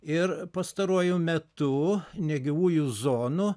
ir pastaruoju metu negyvųjų zonų